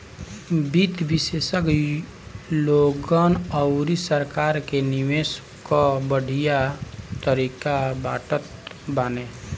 वित्त विशेषज्ञ लोगन अउरी सरकार के निवेश कअ बढ़िया तरीका बतावत बाने